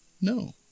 No